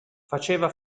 faceva